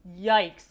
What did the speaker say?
yikes